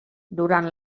durant